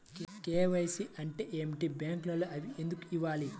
KYC అంటే ఏమిటి? బ్యాంకులో అవి ఎందుకు ఇవ్వాలి?